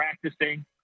practicing